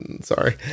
Sorry